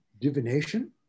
divination